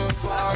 far